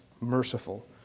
merciful